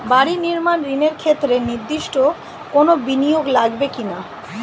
বাড়ি নির্মাণ ঋণের ক্ষেত্রে নির্দিষ্ট কোনো বিনিয়োগ লাগবে কি না?